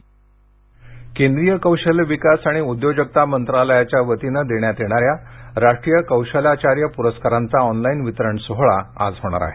कौशालाचार्य केंद्रीय कौशल्य विकास आणि उद्योजकता मंत्रालयाच्या वतीनं देण्यात येणाऱ्या राष्ट्रीय कौशलाचार्य पुरस्कारांचा ऑनलाईन वितरण सोहळा आज होणार आहे